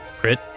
Crit